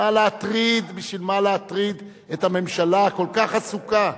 בשביל מה להטריד את הממשלה הכל-כך עסוקה.